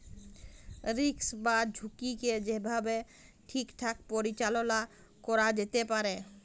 risk বা ঝুঁকিকে যে ভাবে ঠিকঠাক পরিচাললা ক্যরা যেতে পারে